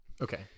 Okay